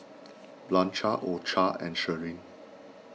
Blanchard orchard and Shirleen